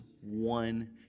one